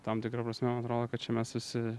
tam tikra prasme man atrodo kad čia mes visi